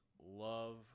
love